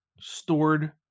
stored